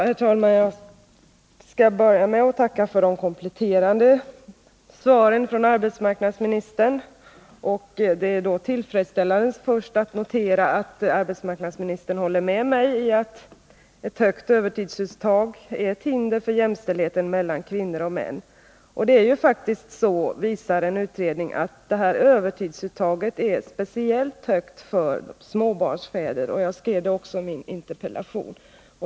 Herr talman! Jag tackar för de kompletterande svaren från arbetsmark Fredagen den nadsministern. Det är tillfredsställande att kunna notera att arbetsmarknads 28 november 1980 ministern håller med mig om att ett högt övertidsuttag är ett hinder för jämställdheten mellan kvinnor och män. Det finns faktiskt en utredning som visar att övertidsuttaget är speciellt högt för småbarnsfäder — jag framhöll det i min interpellation.